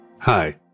Hi